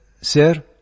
sir